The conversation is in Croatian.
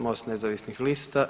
MOST nezavisnih lista.